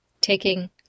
taking